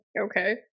okay